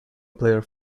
player